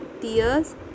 tears